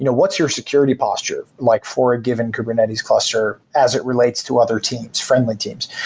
what's your security posture like for a given kubernetes cluster as it relates to other teams, friendly teams?